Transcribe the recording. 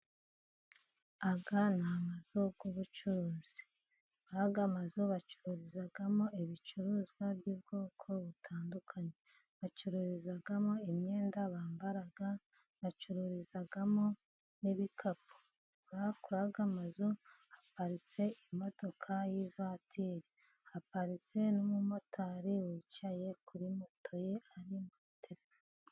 Aya n'amazu y'ubucuruzi, ayamazu bacururizamo ibicuruzwa by'ubwoko butandukanye; bacururizamo imyenda bambara, bacururizamo n'ibikapu, bakora amazu, haparitse imodoka y'ivatiri, haparitse n'umumotari wicaye kuri moto ye.